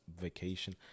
vacation